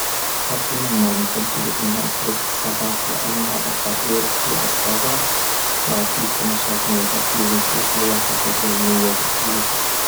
دائما ما نفضل ان نأكل في الصباح أن الفطور في الصباح يعطيك نشاط وتركيز في حياتك اليومية كلها.